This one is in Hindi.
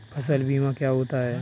फसल बीमा क्या होता है?